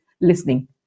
listening